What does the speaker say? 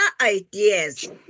ideas